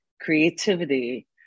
creativity